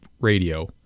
radio